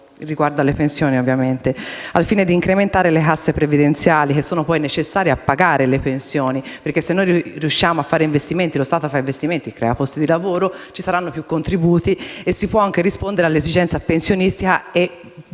a creare posti di lavoro, al fine di incrementare le casse previdenziali, che sono poi necessarie a pagare le pensioni. Se riusciamo a fare investimenti, se lo Stato fa investimenti e crea posti di lavoro, ci saranno più contributi e si potrà anche rispondere all'esigenza pensionistica e prevedere la